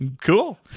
Cool